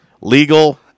Legal